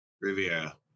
Riviera